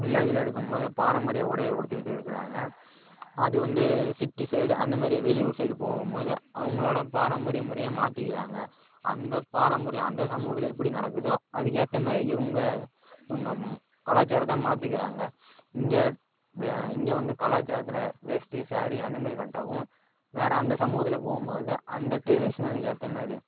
வில்லேஜில் இருக்கும் போது பாரம்பரிய உடையை உடுத்திக்கிட்டு இருக்கிறாங்க அது வந்து சிட்டி சைடு அந்த மாதிரி வெளியூர் சைடு போகும் போது அவர்களோட பாரம்பரிய முறையை மாற்றிக்கிறாங்க அந்த பாரம்பரியம் அந்த சமூகத்தில் எப்படி நடக்குதோ அதுக்கு ஏற்ற மாதிரி இவங்க இவங்க கலாச்சாரத்தை மாற்றிக்கிறாங்க இங்கே இங்கே வந்து கலாச்சாரத்தில் வேஷ்ட்டி ஸாரீ அந்த மாதிரி கட்டவும் வேறு அந்த சமூகத்தில் போகும் போது அந்த டிரெடிஷனலுக்கு ஏற்ற மாதிரி